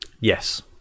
Yes